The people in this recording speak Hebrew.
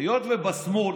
היות שבשמאל